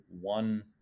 one